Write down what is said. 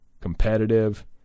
competitive